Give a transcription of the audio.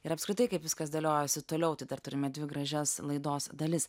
ir apskritai kaip viskas dėliojosi toliau tai dar turime dvi gražias laidos dalis